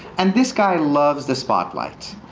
and this guy loves the spotlight.